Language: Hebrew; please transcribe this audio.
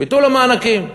ביטול המענקים.